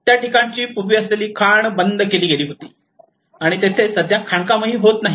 त्या ठिकाणची पूर्वी असलेली खाण बंद केली गेली होती आणि तेथे सध्या खाणकाम होत नाही